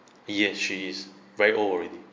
yes she is very old already